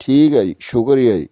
ਠੀਕ ਹੈ ਜੀ ਸ਼ੁਕਰੀਆ ਜੀ